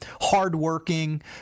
hardworking